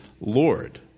Lord